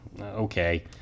okay